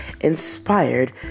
inspired